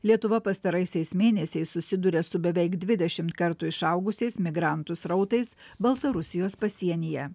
lietuva pastaraisiais mėnesiais susiduria su beveik dvidešimt kartų išaugusiais migrantų srautais baltarusijos pasienyje